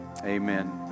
Amen